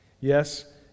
Yes